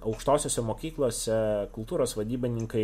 aukštosiose mokyklose kultūros vadybininkai